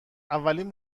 اولین